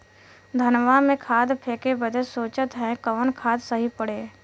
धनवा में खाद फेंके बदे सोचत हैन कवन खाद सही पड़े?